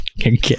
Okay